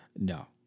No